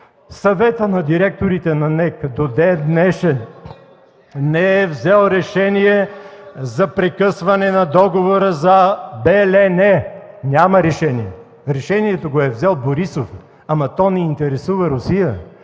Съветът на директорите на НЕК до ден-днешен не е взел решение за прекъсване на договора за „Бе-ле-не”. Няма решение! Решението го е взел Борисов, но то не интересува Русия,